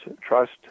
trust